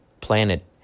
planet